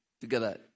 together